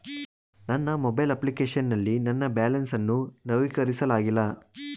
ನನ್ನ mobile application ನಲ್ಲಿ ನನ್ನ ಬ್ಯಾಲೆನ್ಸ್ ಅನ್ನು ನವೀಕರಿಸಲಾಗಿಲ್ಲ